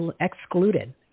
excluded